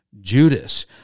Judas